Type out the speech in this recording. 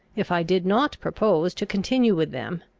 if i did not propose to continue with them,